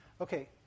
Okay